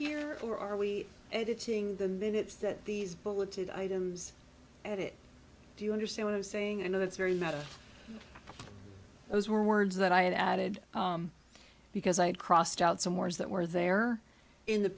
here or are we editing the minutes that these bulleted items at it do you understand what i'm saying and it's very matter of those words that i had added because i had crossed out some words that were there in the